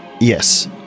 Yes